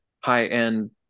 high-end